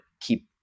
keep